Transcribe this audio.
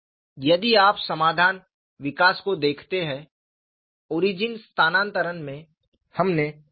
यदि आप समाधान विकास को देखते हैं ओरिजिन स्थानांतरण में हमने क्या किया